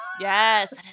Yes